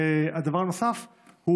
ודבר נוסף,